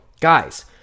guys